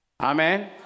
Amen